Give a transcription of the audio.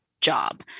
job